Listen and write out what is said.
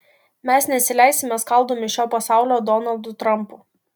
mes nesileisime skaldomi šio pasaulio donaldų trampų